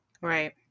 Right